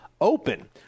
open